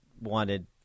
wanted